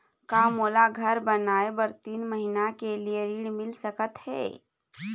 का मोला घर बनाए बर तीन महीना के लिए ऋण मिल सकत हे?